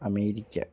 America